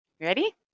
ready